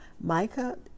Micah